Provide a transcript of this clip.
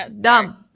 Dumb